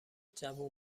جوون